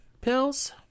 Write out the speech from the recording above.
pills